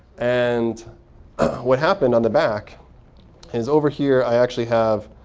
and what happened on the back is over here, i actually have